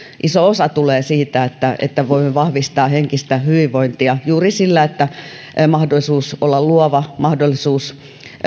iso osa tulee siitä ja että voimme vahvistaa henkistä hyvinvointia juuri sillä että mahdollisuus olla luova mahdollisuus